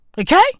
Okay